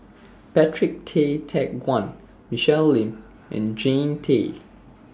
Patrick Tay Teck Guan Michelle Lim and Jannie Tay